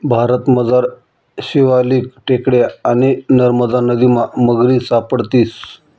भारतमझार शिवालिक टेकड्या आणि नरमदा नदीमा मगरी सापडतीस